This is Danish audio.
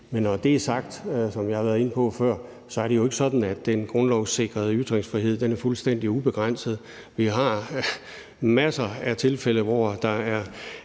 Men når det er sagt, er det jo, som jeg har været inde på før, ikke sådan, at den grundlovssikrede ytringsfrihed er fuldstændig ubegrænset. Vi har masser af tilfælde, hvor der er